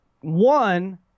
one